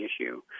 issue